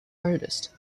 artist